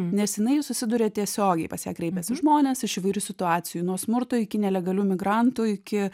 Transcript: nes jinai susiduria tiesiogiai pas ją kreipiasi žmonės iš įvairių situacijų nuo smurto iki nelegalių migrantų iki